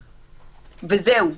וזהו.